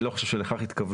אני לא חושב שלכך התכוונו,